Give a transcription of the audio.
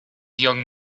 young